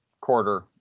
quarter